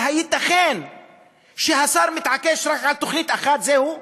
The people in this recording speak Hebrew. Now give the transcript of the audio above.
אבל הייתכן שהשר מתעקש רק על תוכנית אחת וזהו?